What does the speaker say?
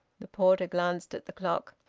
the porter glanced at the clock.